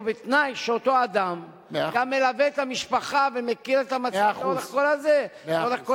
ובתנאי שאותו אדם גם מלווה את המשפחה ומכיר את המצב לאורך כל הדרך,